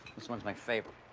this one's my favorite.